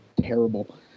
terrible